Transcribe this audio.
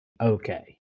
okay